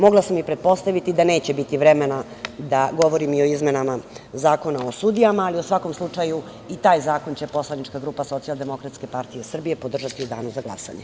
Mogla sam i pretpostaviti da neće biti vremena da govorim i o izmenama Zakona o sudijama, a u svakom slučaju i taj zakon će poslanička grupa SDPS, podržati u danu za glasanje.